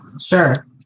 sure